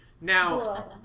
Now